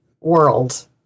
world